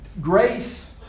Grace